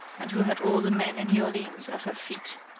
and who had all the men in new orleans at her feet.